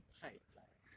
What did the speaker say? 太 zai liao